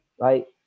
right